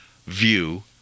view